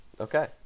Okay